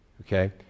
okay